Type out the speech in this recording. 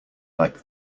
like